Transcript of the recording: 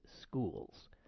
schools